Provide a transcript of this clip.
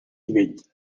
nivell